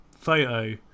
photo